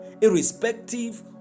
irrespective